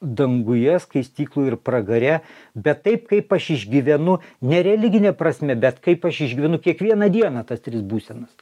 danguje skaistyklo ir pragare bet taip kaip aš išgyvenu ne religine prasme bet kaip aš išgyvenu kiekvieną dieną tas tris būsenas